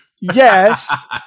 Yes